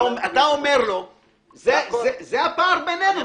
זה הפער בינינו.